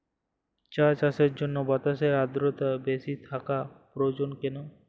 চা চাষের জন্য বাতাসে আর্দ্রতা বেশি থাকা প্রয়োজন কেন?